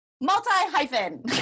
multi-hyphen